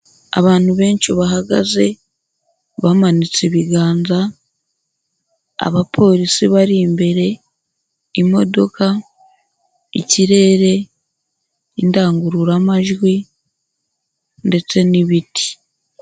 Abantu benshi bahagaze bamanitse ibiganza, abapolisi bari imbere, imodoka, ikirere, indangururamajwi ndetse n'ibiti.